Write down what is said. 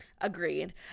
Agreed